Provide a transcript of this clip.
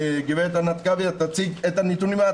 גברת ענת כאביה תציג את הנתונים.